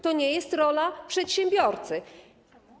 To nie jest rola przedsiębiorcy.